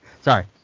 Sorry